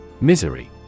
Misery